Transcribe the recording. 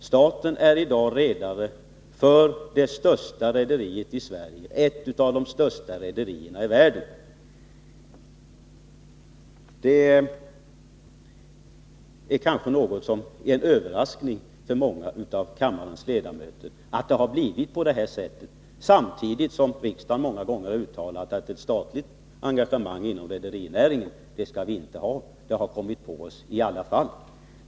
Staten är i dag redare för det största rederiet i Sverige — ett av de största rederierna i världen. Det är kanske en överraskning för många av kammarens ledamöter att det har blivit på detta sätt, samtidigt som riksdagen många gånger har uttalat att vi inte skall ha ett statligt engagemang inom rederinäringen. Det har kommit på oss i alla fall.